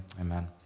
Amen